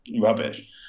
rubbish